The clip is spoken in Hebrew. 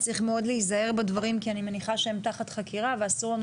וצריך מאוד להיזהר בדברים כי אני מניחה שהם תחת חקירה ואסור לנו